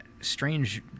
strange